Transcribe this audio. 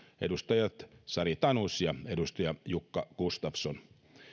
edustajat sari tanus ja edustaja jukka gustafsson